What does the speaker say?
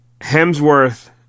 Hemsworth